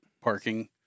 parking